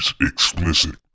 explicit